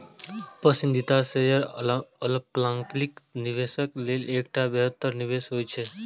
पसंदीदा शेयर अल्पकालिक निवेशक लेल एकटा बेहतर निवेश होइ छै